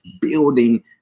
building